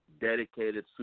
dedicated